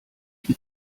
die